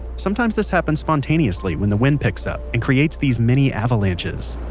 sometimes this happens spontaneously when the wind picks up and creates these mini avalanches